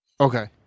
Okay